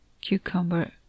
cucumber